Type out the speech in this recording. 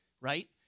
Right